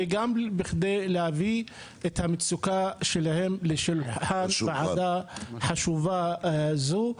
וגם כדי להביא את המצוקה שלהם לשולחן הוועדה החשובה הזו.